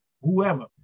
whoever